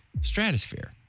stratosphere